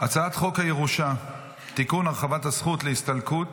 הצעת חוק הירושה (תיקון, הרחבת הזכות להסתלקות),